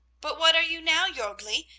but what are you now, jorgli,